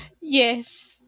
Yes